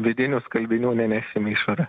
vidinių skalbinių nemesim į išorę